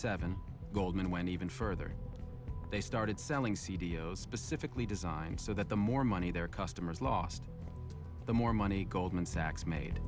seven goldman went even further they started selling c d o specifically designed so that the more money their customers lost the more money goldman sachs made